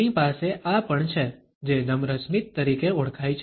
આપણી પાસે આ પણ છે જે નમ્ર સ્મિત તરીકે ઓળખાય છે